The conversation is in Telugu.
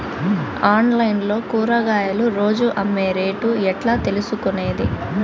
ఆన్లైన్ లో కూరగాయలు రోజు అమ్మే రేటు ఎట్లా తెలుసుకొనేది?